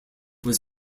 was